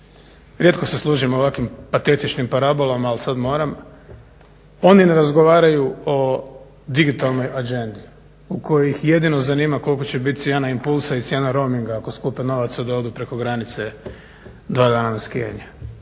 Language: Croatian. rijetko se služim ovakvim patetičnim parabolama al sad moram. Oni ne razgovaraju o digitalnoj agendi u kojoj ih jedino zanima koliko će biti cijena impulsa i cijena roaminga ako skupe novaca da odu preko granice dva dana